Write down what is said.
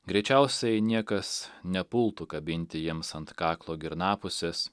greičiausiai niekas nepultų kabinti jiems ant kaklo girnapusės